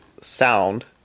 sound